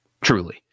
truly